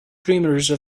perimeter